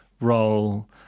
role